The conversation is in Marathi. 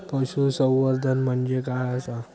पशुसंवर्धन म्हणजे काय आसा?